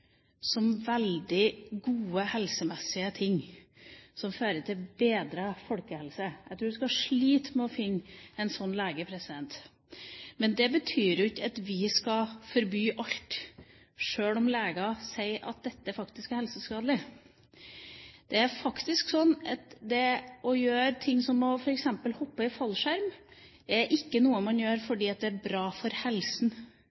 som veldig gode helsemessige ting som fører til bedre folkehelse. Jeg tror en skal slite med å finne en slik lege. Men det betyr ikke at vi skal forby alt, sjøl om leger sier at dette er helseskadelig. Det er faktisk slik at f.eks. det å hoppe i fallskjerm ikke er noe man gjør